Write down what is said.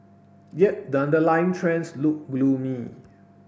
yet the underlying trends look gloomy